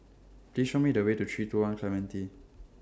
Please Show Me The Way to three two one Clementi